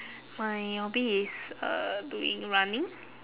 my hobby is uh doing running